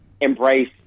embrace